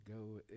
go